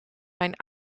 mijn